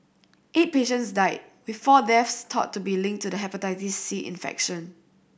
eight patients died with four deaths thought to be linked to the Hepatitis C infection